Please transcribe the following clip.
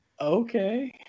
okay